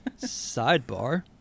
Sidebar